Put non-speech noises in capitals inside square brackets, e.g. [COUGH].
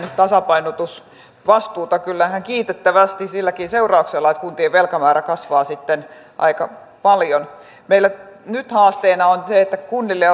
tasapainotusvastuuta kyllä ihan kiitettävästi silläkin seurauksella että kuntien velkamäärä kasvaa sitten aika paljon meillä nyt haasteena on se että kunnille [UNINTELLIGIBLE]